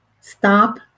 Stop